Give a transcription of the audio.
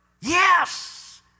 yes